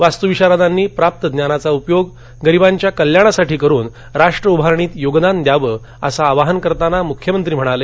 वास्तुविशारदांनी प्राप्त ज्ञानाचा उपयोग गरीबांच्या कल्याणासाठी करुन राष्ट्र उभारणीत योगदान द्याव असं आवाहन करताना मुख्यमंत्री म्हणाले